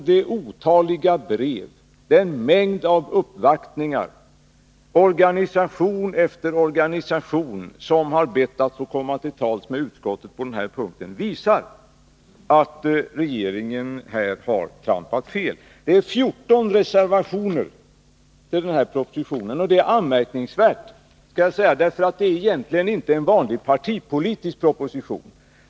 De otaliga breven och mängden av uppvaktningar — organisation efter organisation har bett att få komma till tals med utskottet på denna punkt — visar att regeringen här har trampat fel. Det är 14 reservationer som avgivits med anledning av propositionen, och det är ett anmärkningsvärt förhållande, eftersom det egentligen inte är fråga om en vanlig, partipolitisk proposition.